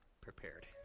prepared